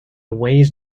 ways